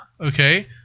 Okay